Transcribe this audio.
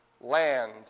land